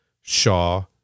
Shaw